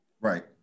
Right